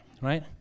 Right